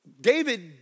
David